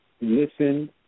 listen